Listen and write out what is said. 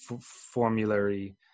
formulary